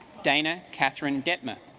dana kathryn detmer